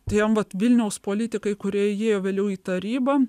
tiem vat vilniaus politikai kurie įėjo vėliau į tarybą